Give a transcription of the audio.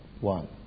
one